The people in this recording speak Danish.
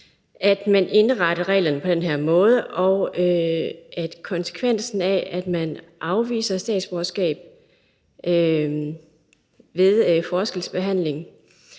at man indretter reglerne på den her måde, og at konsekvensen af, at man afviser statsborgerskab ved forskelsbehandling,